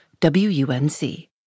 WUNC